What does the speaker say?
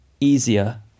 easier